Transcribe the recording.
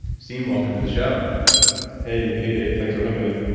siim, welcome to the show hey, hey dave. thanks for having me